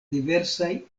diversaj